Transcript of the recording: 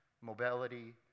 mobility